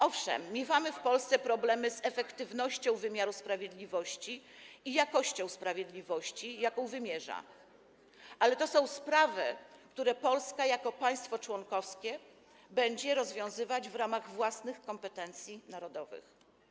Owszem, miewamy w Polsce problemy z efektywnością wymiaru sprawiedliwości i jakością sprawiedliwości, jaką wymierza, ale to są sprawy, które Polska jako państwo członkowskie będzie rozwiązywać w ramach własnych kompetencji narodowych.